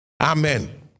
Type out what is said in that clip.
Amen